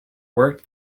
worked